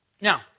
Now